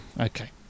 Okay